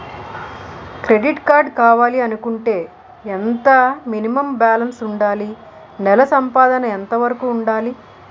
Credit card కావాలి అనుకుంటే ఎంత మినిమం బాలన్స్ వుందాలి? నెల సంపాదన ఎంతవరకు వుండాలి?